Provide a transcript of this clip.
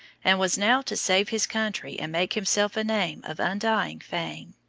and was now to save his country and make himself a name of undying fame.